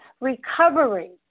recovery